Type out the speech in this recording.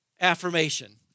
affirmation